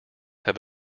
have